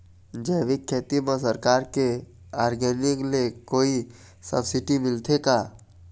जैविक खेती म सरकार के ऑर्गेनिक ले कोई सब्सिडी मिलथे का?